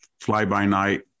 fly-by-night